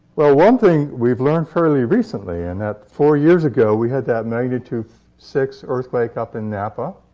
well, one thing we've learned fairly recently in that four years ago, we had that magnitude six earthquake up in napa.